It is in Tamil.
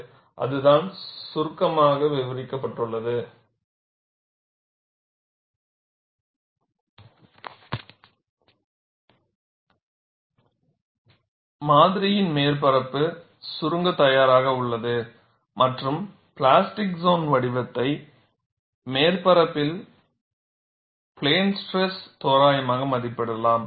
எனவே அதுதான் சுருக்கமாக விவரிக்கப்பட்டுள்ளது மாதிரியின் மேற்பரப்பு சுருங்க தயாராக உள்ளது மற்றும் பிளாஸ்டிக் சோன் வடிவத்தை மேற்பரப்பில் பிளேன் ஸ்ட்ரெஸ் தோராயமாக மதிப்பிடலாம்